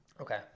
Okay